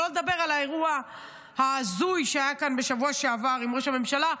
שלא לדבר על האירוע הזוי שהיה כאן בשבוע שעבר עם ראש הממשלה,